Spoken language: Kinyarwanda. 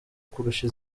kurusha